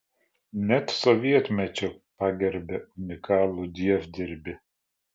net sovietmečiu pagerbė unikalų dievdirbį